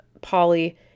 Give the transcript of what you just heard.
Polly